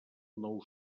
nou